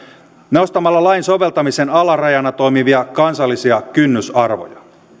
nostamalla lain soveltamisen alarajana toimivia kansallisia kynnysarvoja